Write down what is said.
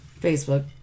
Facebook